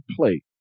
plate